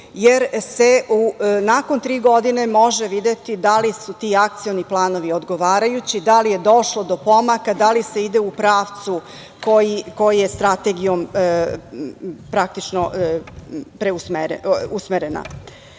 jer se nakon tri godine može videti dali su ti akcioni planovi odgovarajući, da li je došlo do pomaka, da li se ide u pravcu koji je Strategijom usmeren. Što